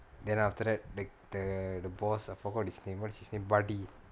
then after that the the the boss I forgot his name what's his name bardi